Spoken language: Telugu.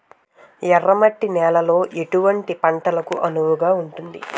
ఎర్ర మట్టి నేలలో ఎటువంటి పంటలకు అనువుగా ఉంటుంది?